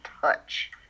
touch